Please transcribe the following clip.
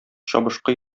чабышкы